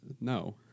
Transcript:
no